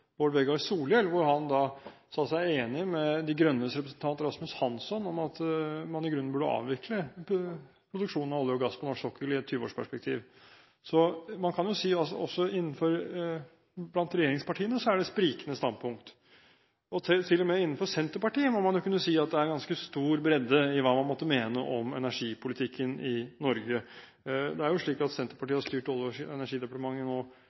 Bård Vegar Solhjell. Han sa seg enig med Miljøpartiet De Grønnes representant Rasmus Hansson i at man i grunnen burde avvikle produksjonen av olje- og gass på norsk sokkel i et 20-årsperspektiv. Man kan altså si at blant regjeringspartiene er det sprikende standpunkter. Til og med innenfor Senterpartiet må man kunne si at det er ganske stor bredde med hensyn til hva man måtte mene om energipolitikken i Norge. Senterpartiet har nå styrt Olje- og energidepartementet